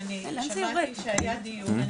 אני שמעתי שהיה דיון.